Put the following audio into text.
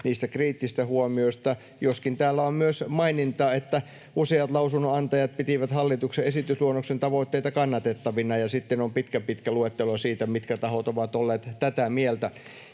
niistä kriittisistä huomioista — joskin täällä on myös maininta, että ”useat lausunnonantajat pitivät hallituksen esitysluonnoksen tavoitteita kannatettavina”, ja sitten on pitkä, pitkä luettelo siitä, mitkä tahot ovat olleet tätä mieltä.